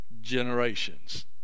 generations